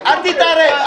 אל תתערב.